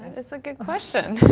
that's a good question.